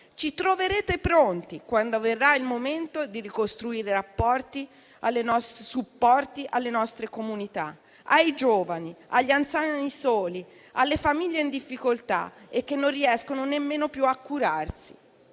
Ci troverete pronti quando verrà il momento di ricostruire i supporti alle nostre comunità, ai giovani, agli anziani soli, alle famiglie in difficoltà e che non riescono nemmeno più a curarsi.